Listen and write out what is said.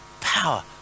power